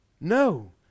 No